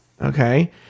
Okay